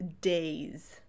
days